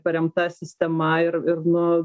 paremta sistema ir ir nu